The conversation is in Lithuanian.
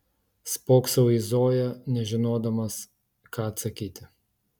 spoksau į zoją nežinodamas ką atsakyti